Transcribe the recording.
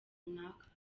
runaka